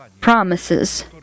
promises